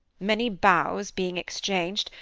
many bows being exchanged,